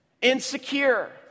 Insecure